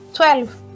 Twelve